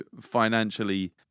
financially